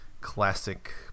classic